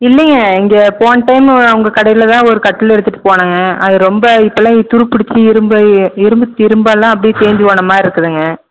இல்லைங்க இங்கே போன டைமு உங்கள் கடையில் தான் ஒரு கட்டிலு எடுத்துட்டுப் போனேங்க அது ரொம்ப இப்போலாம் துருப்பிடித்து இரும்பு இரும்பு இரும்பெல்லாம் அப்படியே தேய்ஞ்சு போனமாதிரி இருக்குதுங்க